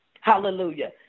Hallelujah